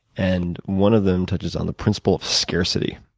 and one of them touches on the principle of scarcity